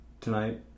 tonight